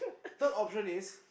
third option is